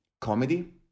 comedy